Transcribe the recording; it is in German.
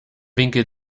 winkel